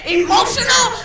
emotional